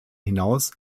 hinaus